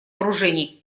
вооружений